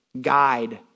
guide